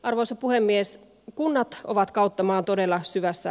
arvoisa puhemies kunnat ovat kautta maan todella syvässä